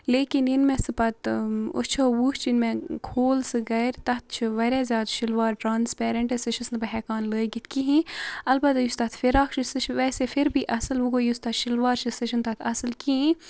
لیکِن ییٚلہِ مےٚ چھُ پتہٕ أچھو وٕچھ ییٚلہِ مےٚ کھوٗل سُہ گَرِ تَتھ چھُ واریاہ زِیادٕ شَلوار ٹرٛانسپیرینٛٹ سُہ چھس نہٕ بہٕ ہیکان لٲگِتھ کِہیٖنۍ اَلبتہ یُس تَتھ فِراک چھُ سُہ چھُ تَتھ ویسے پھر بی اَصٕل وۄنۍ گوٚو یُس تَتھ شَلوار چھُ سُہ چھُنہٕ تَتھ اَصٕل کِہیٖنۍ